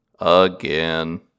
again